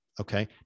Okay